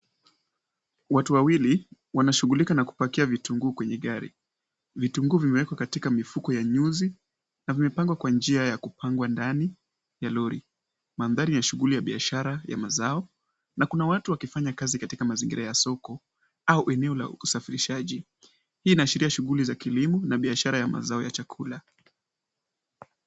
Watu wawili wanashughulika na kupakia vitunguu kwenye gari. Vitunguu vimewekwa katika mifuko ya nyuzi, na vimepangwa kwa njia ya kupangwa ndani ya lori. Mandhari ni ya shughuli ya biashara ya mazao, na kuna watu wakifanya kazi katika mazingira ya soko, au eneo la usafirishaji. Hii inaashiria shughuli za kilimo na biashara ya mazao ya chakula.